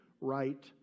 right